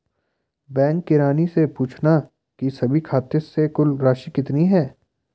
bank किरानी से पूछना की सभी खाते से कुल राशि कितनी है